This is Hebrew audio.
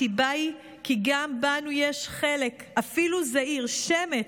הסיבה היא כי גם בנו יש חלק אפילו זעיר, שמץ,